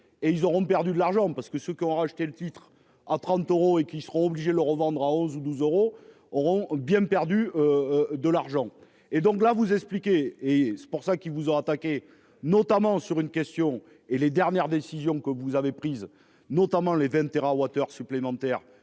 et ils auront perdu de l'argent parce que ceux qui ont racheté le titre en 30 euros et qui seront obligés le revendra 11 ou 12 euros auront bien perdu. De l'argent et donc là vous expliquer et c'est pour ça qu'ils vous ont attaqué notamment sur une question et les dernières décisions que vous avez prises, notamment les 20 TWh supplémentaires